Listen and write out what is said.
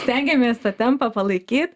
stengiamės tą tempą palaikyt